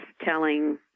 telling